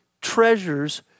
treasures